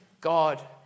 God